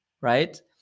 right